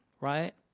right